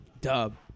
dub